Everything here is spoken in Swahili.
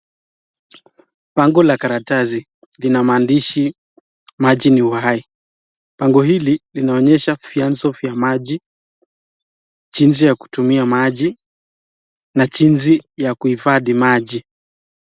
Bango la karatasi lina maandishi maji ni uhai, bango hili linaonyesha vyanzo vya maji, jinsi ya kutumia maji, na jinsi ya kuhifadhi maji.